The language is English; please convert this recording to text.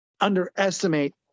underestimate